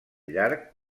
llarg